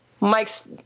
Mike's